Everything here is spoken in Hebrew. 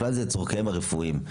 בכלל זה צורכיהם הרפואיים.